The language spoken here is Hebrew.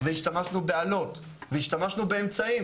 והשתמשנו באלות והשתמשנו באמצעים